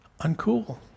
uncool